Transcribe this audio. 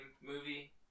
Movie